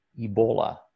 Ebola